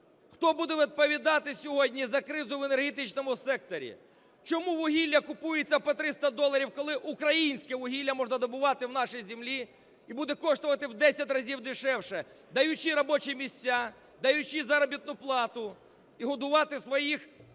Хто буде відповідати сьогодні за кризу в енергетичному секторі? Чому вугілля купується по 300 доларів, коли українське вугілля можна добувати на нашій землі, і буде коштувати в десять разів дешевше, даючи робочі місця, даючи заробітну плату, і годувати своїх